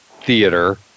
theater